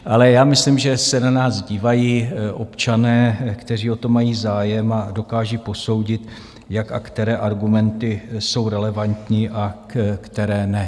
Ale já myslím, že se na nás dívají občané, kteří o to mají zájem a dokážou posoudit, jak a které argumenty jsou relevantní a které ne.